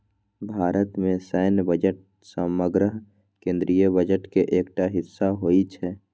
भारत मे सैन्य बजट समग्र केंद्रीय बजट के एकटा हिस्सा होइ छै